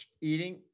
eating